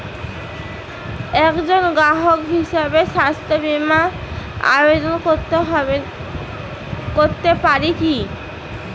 একজন গ্রাহক হিসাবে স্বাস্থ্য বিমার আবেদন করতে পারি কি?